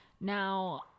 now